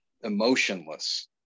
emotionless